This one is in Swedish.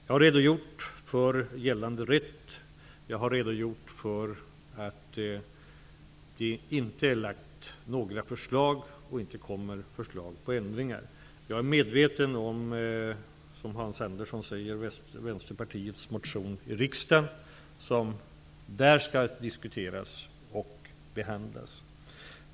Jag har redogjort för gällande rätt och för att det inte finns några förslag om ändringar framlagda, och det kommer inte hellar att läggas fram några sådana förslag. Jag är medveten om att Vänsterpartiet har avgett en motion till riksdagen, som där skall diskuteras och behandlas.